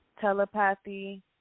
telepathy